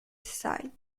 aside